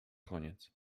koniec